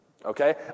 Okay